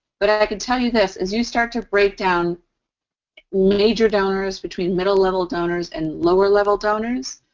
but i could tell you this, as you start to break down major donors between middle-level donors and lower-level donors,